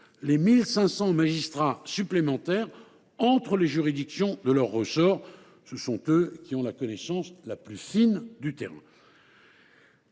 les 1 500 magistrats supplémentaires entre les juridictions de leur ressort, car ce sont eux qui ont la connaissance la plus fine du terrain.